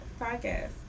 podcast